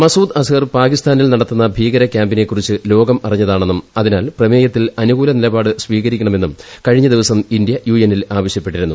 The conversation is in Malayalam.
മസൂദ് അസ്ഹർ പാകിസ്ഥാനിൽ നടത്തുന്ന ഭീകരക്യാമ്പിനെക്കുറിച്ച് ലോകം അറിഞ്ഞതാണെന്നും അതിനാൽ പ്രമേയത്തിൽ അനുകൂല നിലപാട് സ്വീകരിക്കണമെന്നും കഴിഞ്ഞ ദിവസം ഇന്ത്യ യുഎന്നിൽ ആവശ്യപ്പെട്ടിരുന്നു